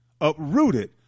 uprooted